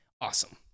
awesome